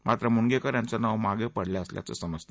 मात्र मुणगेकर यांचे नाव मागे पडले असल्याचे समजते